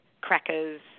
crackers